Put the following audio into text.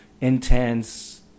intense